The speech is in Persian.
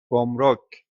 گمرک